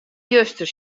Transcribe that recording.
juster